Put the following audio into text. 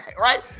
Right